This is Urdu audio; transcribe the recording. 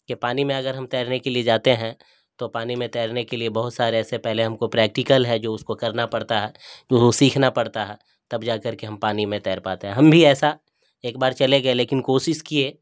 کہ پانی میں اگر ہم تیرنے کے لیے جاتے ہیں تو پانی میں تیرنے کے لیے بہت سارے ایسے پہلے ہم کو پریکٹیکل ہے جو اس کو کرنا پڑتا ہے جو سیکھنا پڑتا ہے تب جا کر کے ہم پانی میں تیر پاتے ہیں ہم بھی ایسا ایک بار چلے گئے لیکن کوشش کیے